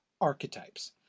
archetypes